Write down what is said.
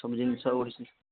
ସବୁ ଜିନିଷ ଓଡ଼ିଶୀ